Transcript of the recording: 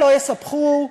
לא יספחו,